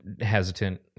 Hesitant